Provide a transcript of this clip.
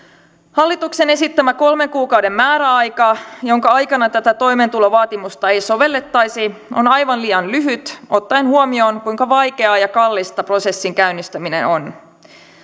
hallituksen esittämä kolmen kuukauden määräaika jonka aikana tätä toimeentulovaatimusta ei sovellettaisi on aivan liian lyhyt ottaen huomioon kuinka vaikeaa ja kallista prosessin käynnistäminen on